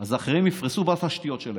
אז אחרים יפרסו בתשתיות שלהם.